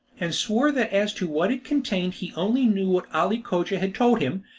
and swore that as to what it contained he only knew what ali cogia had told him,